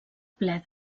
ple